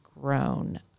grown